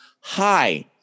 Hi